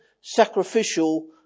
sacrificial